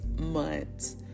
months